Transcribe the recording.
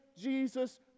Jesus